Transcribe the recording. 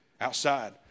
Outside